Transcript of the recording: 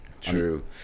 true